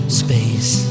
space